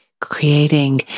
creating